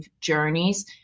journeys